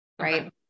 right